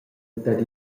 dad